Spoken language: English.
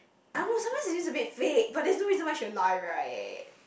I don't know sometimes it seems a bit fake but there's no reason why she will lie right eh